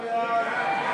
משרד החקלאות,